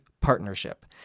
partnership